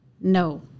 no